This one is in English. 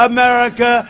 America